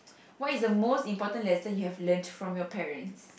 why is the most important lesson you have learnt from your parents